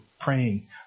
praying